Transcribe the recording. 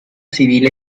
civil